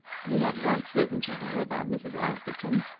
he had once written to her about mrs. askerton,